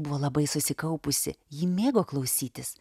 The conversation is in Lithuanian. buvo labai susikaupusi ji mėgo klausytis